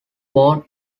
born